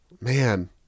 man